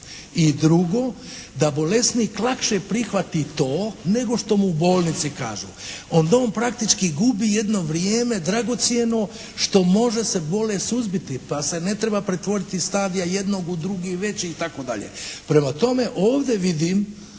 I drugo, da bolesnik lakše prihvati to nego što mu u bolnici kažu. Onda on praktički gubi jedno vrijeme dragocjeno što može se bolest suzbiti pa se ne treba pretvoriti iz stadija jednog u drugi, veći itd. Prema tom ovdje vidim